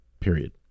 Period